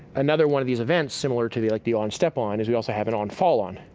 another one of these events, similar to the like the on, step on, is we also have it on fall on.